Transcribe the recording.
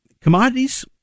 Commodities